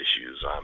issues